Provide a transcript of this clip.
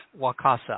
Wakasa